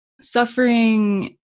Suffering